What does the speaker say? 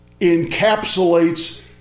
encapsulates